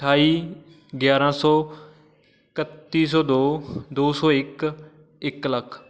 ਅਠਾਈ ਗਿਆਰ੍ਹਾਂ ਸੌ ਇਕੱਤੀ ਸੌ ਦੋ ਦੋ ਸੌ ਇੱਕ ਇੱਕ ਲੱਖ